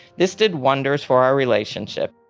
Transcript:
this did wonders for our relationship.